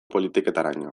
politiketaraino